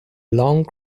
long